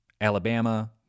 Alabama